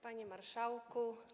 Panie Marszałku!